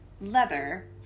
leather